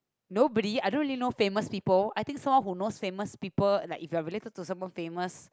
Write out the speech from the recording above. nobody I don't really know famous people I think someone who knows famous people like if you're related to someone famous